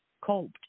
coped